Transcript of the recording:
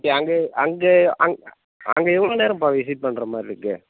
okay அங்கே அங்க அங்கே எவ்வளோ நேரம்பா விசிட் பண்ணுறமாரி இருக்கு